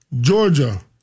Georgia